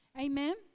Amen